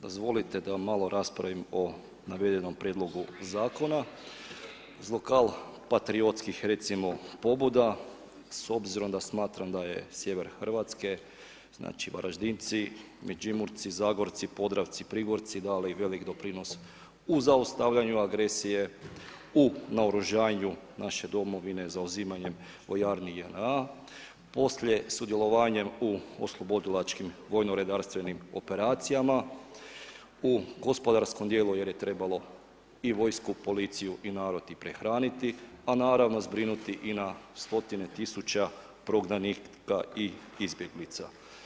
Dozvolite da malo raspravim o navedenom prijedlogu zakona iz lokal patriotskih recimo pobuda s obzirom da smatram da je sjever Hrvatske, znači Varaždinci, Međimurci, Zagorci, Podravci, Prigorci dali i velik doprinos u zaustavljanju agresije, u naoružanju naše Domovine zauzimanjem vojarni JNA, poslije sudjelovanjem u oslobodilačkim vojnoredarstvenim operacijama, u gospodarskom dijelu jer je trebalo i vojsku, policiju i narod i prehraniti a naravno zbrinuti i na stotine tisuća prognanika i izbjeglica.